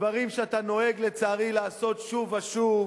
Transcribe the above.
דברים שאתה נוהג לצערי לעשות שוב ושוב,